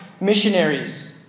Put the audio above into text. missionaries